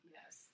Yes